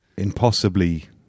impossibly